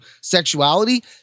sexuality